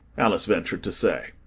alice ventured to say.